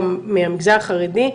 גם מהמגזר החרדי,